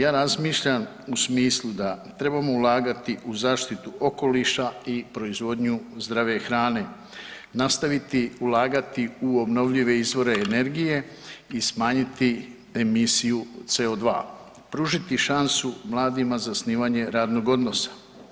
Pa ja razmišljam u smislu da trebamo ulagati u zaštitu okoliša i proizvodnju zdrave hrane, nastaviti ulagati u obnovljive izvore energije i smanjiti premisiju CO2, pružiti šansu mladima za zasnivanje radnog odnosa.